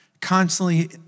constantly